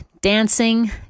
dancing